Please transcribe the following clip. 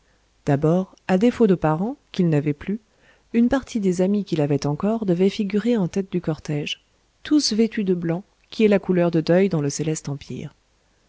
d'abord à défaut de parents qu'il n'avait plus une partie des amis qu'il avait encore devaient figurer en tête du cortège tous vêtus de blanc qui est la couleur de deuil dans le céleste empire